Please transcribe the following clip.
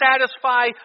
satisfy